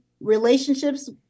relationships